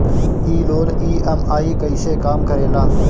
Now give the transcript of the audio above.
ई loan EMI कईसे काम करेला?